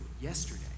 yesterday